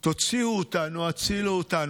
תוציאו אותנו, הצילו אותנו.